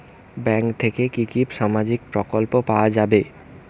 Bank থেকে কি কি সামাজিক প্রকল্প পাওয়া যাবে?